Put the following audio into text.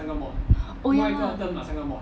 oh ya lah